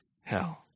hell